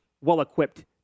well-equipped